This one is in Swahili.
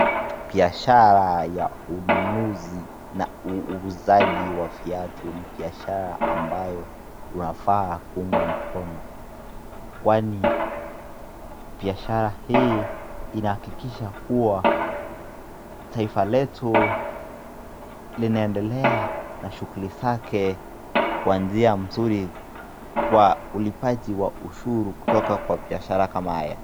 Biashara ya ununuzi na utuzaji wa viatu ni biashara ambayo unafaa kuungwa mkono kwani biashara hii inaakikisha kuwa taifs letu linaendeles na shughuli zake kwani ulipaji wa ushuru inasaidia kujenga taifa.